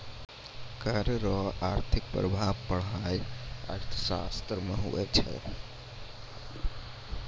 कर रो आर्थिक प्रभाब पढ़ाय अर्थशास्त्र मे हुवै छै